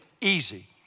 Easy